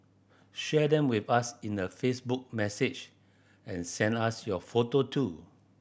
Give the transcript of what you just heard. share them with us in a Facebook message and send us your photo too